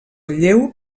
lleu